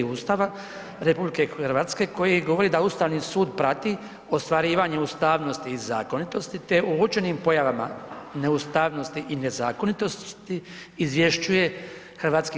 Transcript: Ustava RH koji govori da Ustavni sud prati ostvarivanje ustavnosti i zakonitosti, te o uočenim pojavama neustavnosti i nezakonitosti izvješćuje HS.